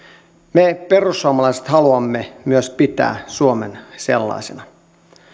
me perussuomalaiset haluamme myös pitää suomen sellaisena